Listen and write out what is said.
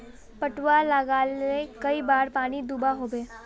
पटवा लगाले कई बार पानी दुबा होबे?